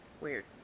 weird